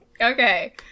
Okay